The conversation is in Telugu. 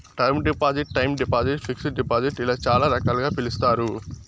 term deposit time deposit fixed deposit ఇలా చాలా రకాలుగా పిలుస్తారు